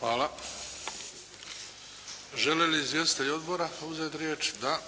Hvala. Žele li izvjestitelji odbora uzeti riječ? Da.